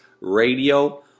Radio